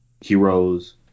heroes